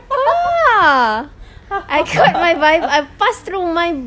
ah I got my my I pass through my my